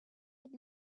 had